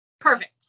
Perfect